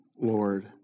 Lord